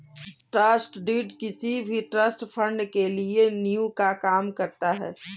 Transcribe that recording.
trust deed किसी भी trust fund के लिए नीव का काम करता है